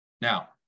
Now